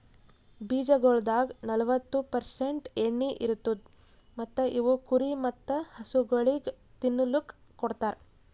ಬೀಜಗೊಳ್ದಾಗ್ ನಲ್ವತ್ತು ಪರ್ಸೆಂಟ್ ಎಣ್ಣಿ ಇರತ್ತುದ್ ಮತ್ತ ಇವು ಕುರಿ ಮತ್ತ ಹಸುಗೊಳಿಗ್ ತಿನ್ನಲುಕ್ ಕೊಡ್ತಾರ್